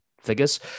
figures